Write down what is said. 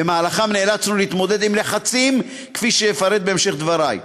שבמהלכם נאלצנו להתמודד עם לחצים כפי שאפרט בהמשך דברי.